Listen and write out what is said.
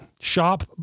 Shop